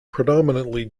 predominantly